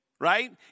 right